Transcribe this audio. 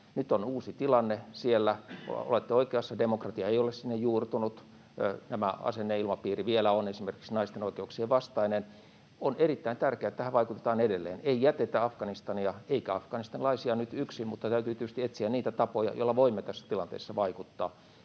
on uusi tilanne. Olette oikeassa, demokratia ei ole sinne juurtunut, asenneilmapiiri vielä on esimerkiksi naisten oikeuksien vastainen. On erittäin tärkeää, että tähän vaikutetaan edelleen. Ei jätetä Afganistania eikä afganistanilaisia nyt yksin, mutta täytyy tietysti etsiä niitä tapoja, joilla voimme tässä tilanteessa vaikuttaa.